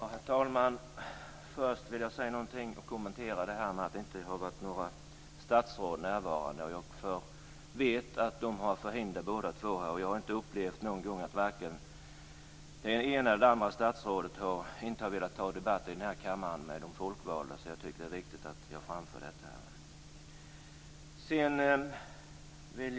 Herr talman! Först vill jag kommentera att det inte har varit några statsråd närvarande. Jag vet att de har förhinder båda två, och jag har inte upplevt någon gång att det ena eller det andra statsrådet inte har velat ta debatt med de folkvalda i den här kammaren, så jag tycker att det är viktigt att jag framför detta här.